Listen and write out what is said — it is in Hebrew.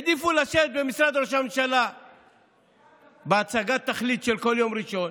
העדיפו לשבת במשרד ראש הממשלה בהצגת תכלית של כל יום ראשון.